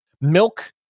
milk